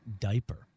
diaper